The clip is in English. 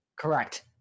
Correct